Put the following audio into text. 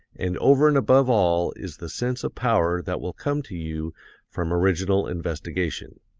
and over and above all is the sense of power that will come to you from original investigation.